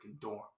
dorm